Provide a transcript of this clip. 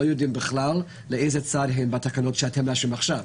לא יודעים בכלל באיזה צד הם בתקנות שאתם מאשרים עכשיו.